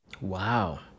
Wow